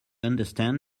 understand